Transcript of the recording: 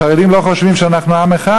החרדים לא חושבים שאנחנו עם אחד?